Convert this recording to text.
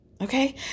okay